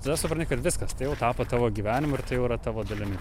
tada supranti kad viskas tai jau tapo tavo gyvenimu ir tai jau yra tavo dalimi